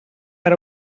per